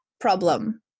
problem